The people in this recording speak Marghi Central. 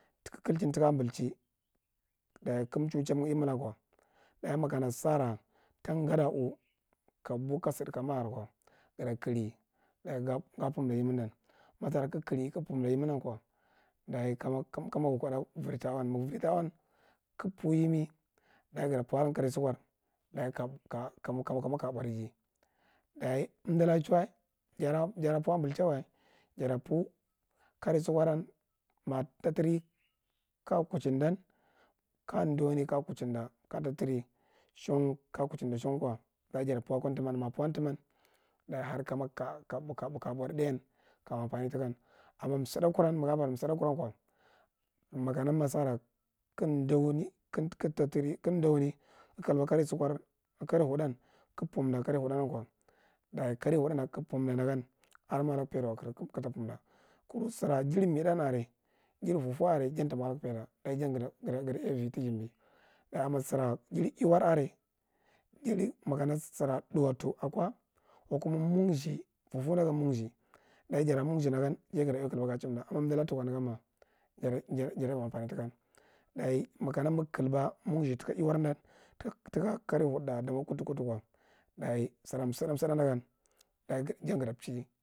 Ta ga klachin tika ambikchi daye kandi chan changh imennilako daye makama sara tamgadi a u kabow kasid kamakir ko gaa kwi ga punda yemi dan, kama gha kodda vidita ailn kaga pur yemi daye gata pur alan kara sukar daye kam k- kam ma kaja bowdige daye umbud ka chawa fada pur unbi chin wa, jata pur kare sukor maja ta tre kaja kuchindan kaja darne kaja kuching kaja tatre shan kaja ku ehinda shan ko daye jata pur a thun ma ja pur a thum’n man kama harko both thah kajama ampanitiƙam, amm sudda karam maga bara sudda kura ko makama ma sara aga bara sudda kuran ko makama ma sa ga daune kaga tatrene kaga daune kaga klaba kare hurdan kaga pumda kare hudannanko daye kare hudanɗa kaga pumdadan ada mo faida laguwa ɗaye kur sira jari iwar are jari mex are jari foffaf are daye jan ta ma adangu faida daye ijan ga iya vitizimbe daye ma sira jar iwari are makana sira thuwatu ako ko kuma monzih faufar dagan monzih daye jara mourih dagan gata iya klba ga chinda ama unduk katuki negam ma, jata mo ampanetikan daye amakana kagu kiba monzihtika iyewar daye sura suda suddan gata chiu.